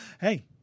Hey